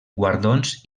guardons